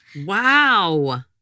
Wow